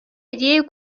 هدیه